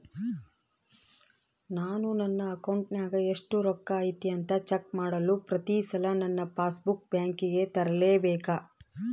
ನಾನು ನನ್ನ ಅಕೌಂಟಿನಾಗ ಎಷ್ಟು ರೊಕ್ಕ ಐತಿ ಅಂತಾ ಚೆಕ್ ಮಾಡಲು ಪ್ರತಿ ಸಲ ನನ್ನ ಪಾಸ್ ಬುಕ್ ಬ್ಯಾಂಕಿಗೆ ತರಲೆಬೇಕಾ?